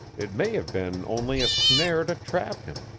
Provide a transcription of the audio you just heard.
it may have been only a snare to trap him.